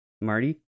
Marty